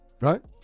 Right